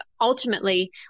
ultimately